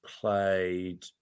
played